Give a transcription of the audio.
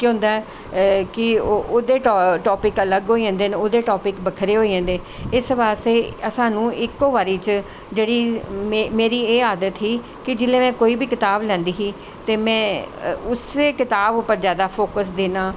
कि केह् होंदा ऐ कि ओह्दे टॉपिक अलग होई जंदे ओह्दे टॉपिक बक्खरे होई जंदे इस बास्ते साह्नू इक्को बारी च जेह्ड़ी मेरी एह् आदत ही कि जिसलै में कोई बी कताब लैंदी ही ते में उस्सै कताब पर जादा फोक्स देनां